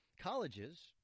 Colleges